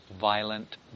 violent